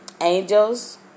Angels